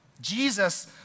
Jesus